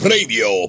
Radio